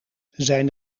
zijn